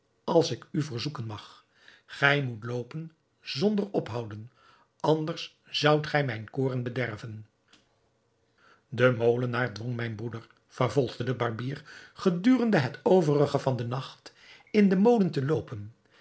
als ik u verzoeken mag gij moet loopen zonder ophouden anders zoudt gij mijn koren bederven de molenaar dwong mijn broeder vervolgde de barbier gedurende het overige van den nacht in den molen te loopen